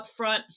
upfront